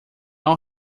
all